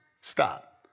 stop